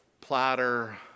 platter